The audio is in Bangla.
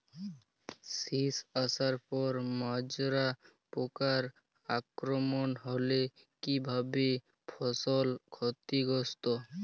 শীষ আসার পর মাজরা পোকার আক্রমণ হলে কী ভাবে ফসল ক্ষতিগ্রস্ত?